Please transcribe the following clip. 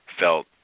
felt